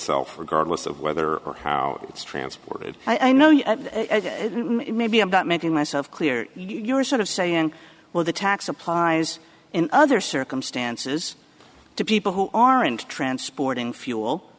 itself regardless of whether or how it's transported i know you maybe i'm not making myself clear you're sort of saying well the tax applies in other circumstances to people who aren't transporting fuel